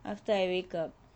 after I wake up